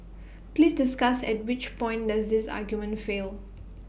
please discuss at which point does this argument fail